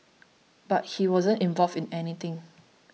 but he wasn't involved in anything